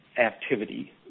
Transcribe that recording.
activity